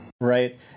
Right